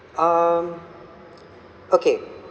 um okay